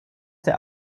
der